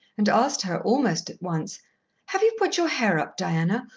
and asked her almost at once have you put your hair up, diana?